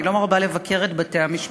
אני לא מרבה לבקר את בתי-המשפט,